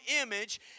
image